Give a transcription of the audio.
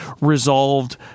resolved